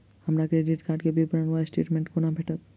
हमरा credit card केँ विवरण वा स्टेटमेंट कोना भेटत?